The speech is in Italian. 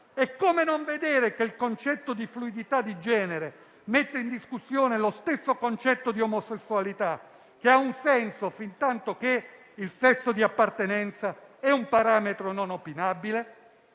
E come non vedere che il concetto di fluidità di genere mette in discussione lo stesso concetto di omosessualità, che ha un senso fintantoché il sesso di appartenenza è un parametro non opinabile?